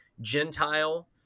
Gentile